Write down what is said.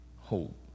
hope